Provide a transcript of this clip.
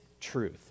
truth